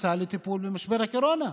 מקצה לטיפול במשבר הקורונה.